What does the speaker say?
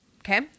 Okay